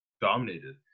dominated